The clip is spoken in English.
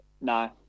No